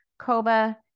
Coba